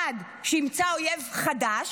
1. שימצא אויב חדש,